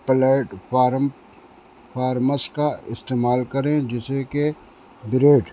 plate form forms کا استعمال کریں جیسے کہ بریڈ